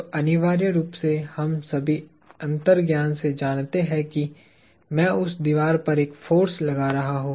तो अनिवार्य रूप से हम सभी अंतर्ज्ञान से जानते हैं कि मैं उस दीवार पर एक फोर्स लगा रहा हूं